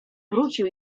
wrócił